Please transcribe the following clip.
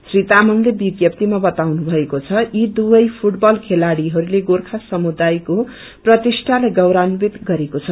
श्री तामंगले विज्ञपीमा बताउनुषएको छ यी दुवै फूटबल खेलाड़ीहरूले गोर्खा समुदायको प्रतिष्ठालाई गौरवन्तित गरेको छ